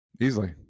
easily